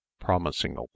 promising